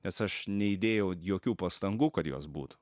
nes aš neįdėjau jokių pastangų kad jos būtų